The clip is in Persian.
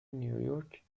نیویورک